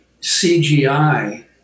CGI